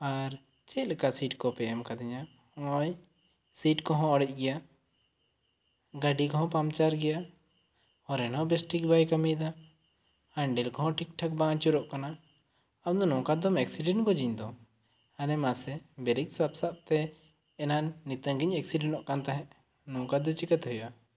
ᱟᱨ ᱪᱮᱫ ᱞᱮᱠᱟ ᱥᱤᱴ ᱠᱚ ᱯᱮ ᱮᱢ ᱠᱟᱹᱣᱫᱤᱧᱟ ᱱᱚᱜᱚᱭ ᱥᱤᱴ ᱠᱚᱦᱚᱸ ᱚᱲᱮᱡ ᱜᱤᱭᱟ ᱜᱟᱹᱰᱤ ᱠᱚ ᱦᱚᱸ ᱯᱟᱱᱪᱟᱨ ᱜᱤᱭᱟ ᱦᱚᱨᱮᱱ ᱦᱚᱸ ᱵᱮᱥᱴᱷᱤᱠ ᱵᱟᱭ ᱠᱟᱹᱢᱤ ᱮᱫᱟ ᱦᱮᱱᱰᱮᱞ ᱠᱚᱦᱚᱸ ᱴᱷᱤᱠ ᱴᱷᱟᱠ ᱵᱟᱝ ᱟᱹᱪᱩᱨᱚᱜ ᱠᱟᱱᱟ ᱟᱢ ᱫᱚᱢ ᱮᱠᱥᱤᱰᱮᱱᱴ ᱜᱚᱡᱤᱧ ᱫᱚ ᱟᱨᱮ ᱢᱟᱥᱮ ᱵᱨᱮᱠ ᱥᱟᱵ ᱥᱟᱵ ᱛᱮ ᱱᱤᱛᱚᱜ ᱜᱤᱧ ᱮᱠᱥᱤᱰᱮᱱᱴᱚᱜ ᱠᱟᱱ ᱛᱟᱦᱮᱱ ᱱᱚᱝᱠᱟ ᱫᱚ ᱪᱤᱠᱟᱹ ᱛᱮ ᱦᱩᱭᱩᱜᱼᱟ